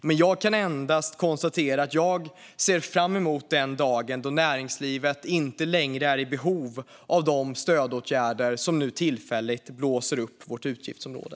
Men jag kan endast konstatera att jag ser fram emot den dag då näringslivet inte längre är i behov av de stödåtgärder som nu tillfälligt blåser upp vårt utgiftsområde.